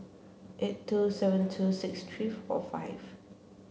eight two seven two six three four five